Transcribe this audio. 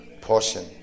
portion